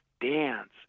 dance